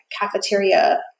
cafeteria